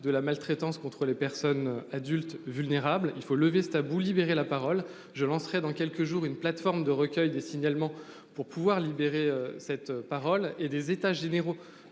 de la maltraitance contre les personnes adultes vulnérables, il faut lever ce tabou. Libérer la parole je lancerai dans quelques jours, une plateforme de recueil des signalements pour pouvoir libérer cette parole et des états généraux